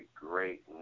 great